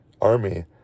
army